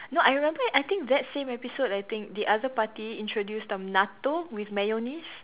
no I remember I think that same episode I think the other party introduce some natto with mayonnaise